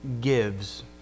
gives